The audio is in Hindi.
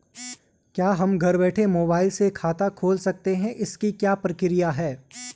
क्या हम घर बैठे मोबाइल से खाता खोल सकते हैं इसकी क्या प्रक्रिया है?